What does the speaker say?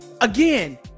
again